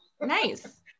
Nice